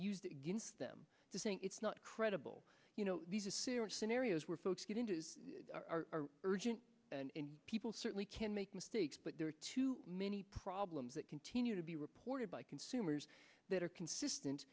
used against them saying it's not credible you know these are serious scenarios where folks are urgent and people certainly can make mistakes but there are too many problems that continue to be reported by consumers that are consistent